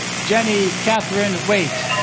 jenny kathryn wait